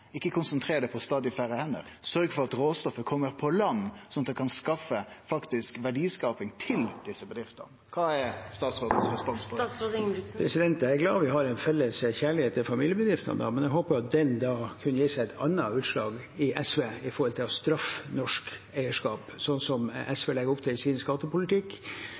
det på stadig færre hender, sørg for at råstoffet kjem på land, slik at det kan skaffe verdiskaping til desse bedriftene. Kva er statsrådens respons på det? Jeg er glad vi har en felles kjærlighet til familiebedriftene, men jeg håper at den kunne gis et annet utslag i SV enn å straffe norsk eierskap, sånn som SV legger opp til i sin skattepolitikk.